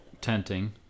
tenting